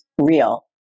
real